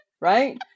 right